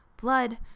Blood